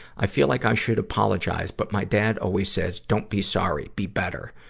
i feel like i should apologize, but my dad always says, don't be sorry be better.